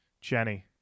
jenny